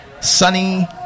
Sunny